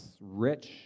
rich